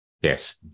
Yes